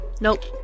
Nope